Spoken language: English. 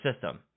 system